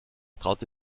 traute